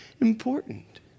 important